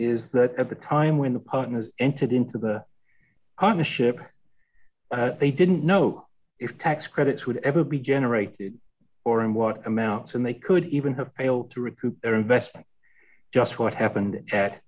is that at the time when the partners entered into the partnership they didn't know if tax credits would ever be generated or in what amounts and they could even have failed to recoup their investment just what happened at